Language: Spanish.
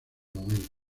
momento